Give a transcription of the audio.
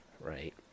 right